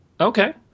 Okay